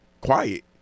quiet